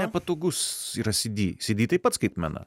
nepatogus yra cd cd taip pat skaitmena